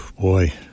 Boy